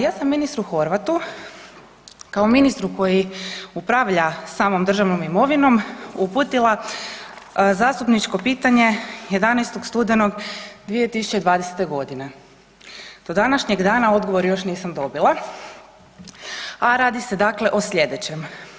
Ja sam ministru Horvatu kao ministru koji upravlja samom državnom imovinom uputila zastupničko pitanje 11. studenog 2020. g., do današnjeg dana odgovor još nisam dobila, a radi se dakle o sljedećem.